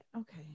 Okay